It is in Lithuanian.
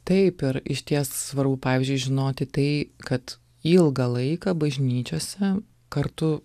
tai ir išties svarbu pavyzdžiui žinoti tai kad ilgą laiką bažnyčiose kartu